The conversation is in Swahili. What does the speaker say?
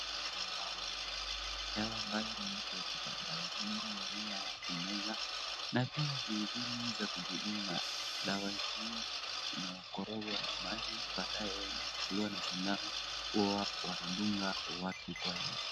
Picha naona dawa ambayo imewekwa chupa, dawa hii ni aina ya kumeza na pia ni zile za kujidunga, dawa hii inakorogwa na maji, baadae inatolewa na sindano, huwa wanadunga watu kwa hiyo.